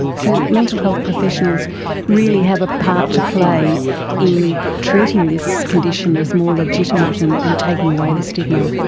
so mental health professionals really have a part to play in treating this condition as more legitimate and and taking away the stigma.